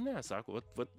ne sako vat vat